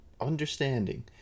understanding